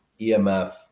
EMF